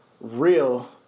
real